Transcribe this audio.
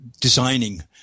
designing